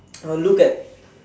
uh look at